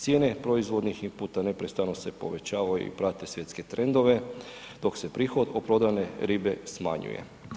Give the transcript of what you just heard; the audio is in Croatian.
Cijene proizvodnih inputa neprestano se povećavaju i prate svjetske trendove dok se prihod od prodane ribe smanjuje.